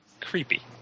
creepy